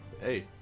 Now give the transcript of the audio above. Hey